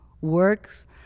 works